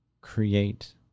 create